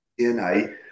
DNA